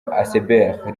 asbl